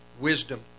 wisdom